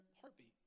heartbeat